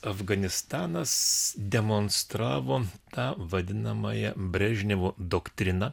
afganistanas demonstravo tą vadinamąją brežnevo doktriną